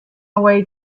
away